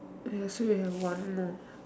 okay so we have one more